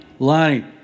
Lonnie